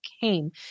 came